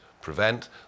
Prevent